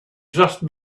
just